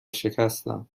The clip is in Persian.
شکستم